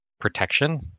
protection